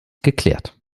geklärt